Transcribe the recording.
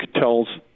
tells